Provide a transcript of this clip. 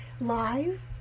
live